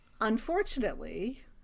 unfortunately